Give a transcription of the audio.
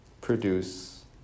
produce